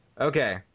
okay